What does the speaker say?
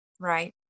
Right